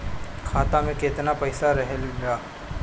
खाता में केतना पइसा रहल ह?